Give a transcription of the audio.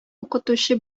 укытучы